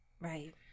right